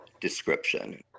description